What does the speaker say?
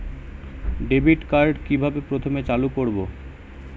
Debit card কিভাবে প্রথমে চালু করব?